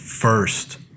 First